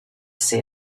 say